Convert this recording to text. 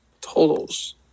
Totals